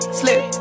slip